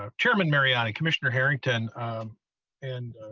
um chairman mary ah i and commissioner harrington um and